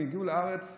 הם הגיעו לארץ,